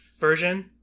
version